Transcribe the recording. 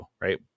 right